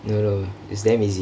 no no is damn easy